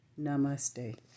Namaste